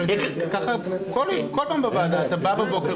אבל זה ככה כל פעם בוועדה אתה בא בבוקר,